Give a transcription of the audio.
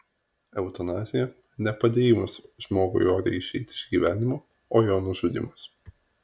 eutanazija ne padėjimas žmogui oriai išeiti iš gyvenimo o jo nužudymas